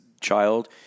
child